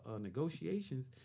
negotiations